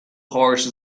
harsh